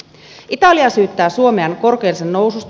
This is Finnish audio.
italia syyttää suomea korkojensa noususta